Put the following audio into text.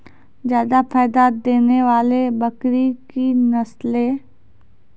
जादा फायदा देने वाले बकरी की नसले?